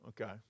Okay